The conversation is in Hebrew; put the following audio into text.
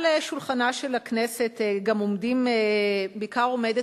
על שולחנה של הכנסת גם עומדים, בעיקר עומדת